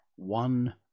one